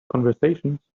conversations